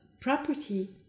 property